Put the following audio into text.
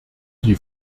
die